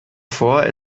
vor